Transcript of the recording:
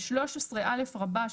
ו-13א רבה,